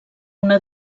una